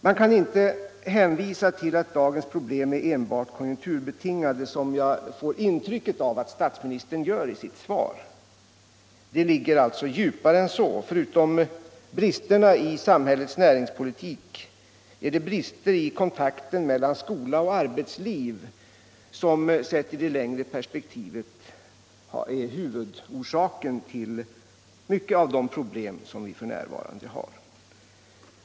Man kan inte hänvisa till att dagens problem enbart är konjunkturbetingade, som jag får ett intryck av att statsministern gör i sitt svar. Det ligger djupare än så. Förutom bristerna i samhällets näringspolitik är det brister i kontakten mellan skola och arbetsliv som sett i det längre perspektivet är huvudorsaken till många av de problem som vi f.n. har.